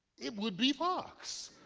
it would be fox.